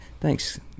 Thanks